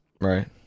Right